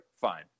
fine